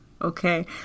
Okay